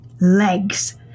Legs